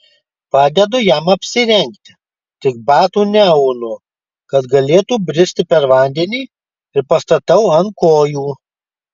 padedu jam apsirengti tik batų neaunu kad galėtų bristi per vandenį ir pastatau ant kojų